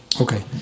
Okay